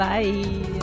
Bye